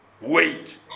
wait